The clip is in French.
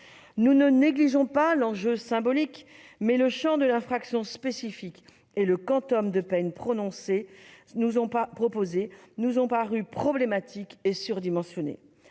Nous ne négligeons pas l'enjeu symbolique, mais le champ de l'infraction spécifique et le quantum de peine proposé nous ont paru problématiques et surdimensionnés.